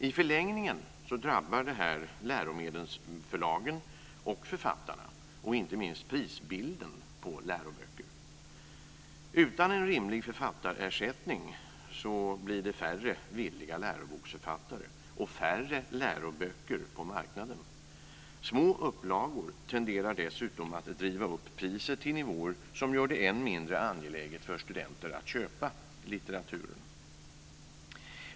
I förlängningen drabbar detta läromedelsförlagen och författarna, och inte minst prisbilden på läroböcker. Utan en rimlig författarersättning blir det färre villiga läroboksförfattare och färre läroböcker på marknaden. Små upplagor tenderar dessutom att driva upp priset till nivåer som gör det än mindre angeläget för studenter att köpa litteraturen.